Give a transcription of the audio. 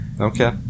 Okay